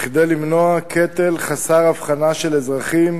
כדי למנוע קטל חסר הבחנה של אזרחים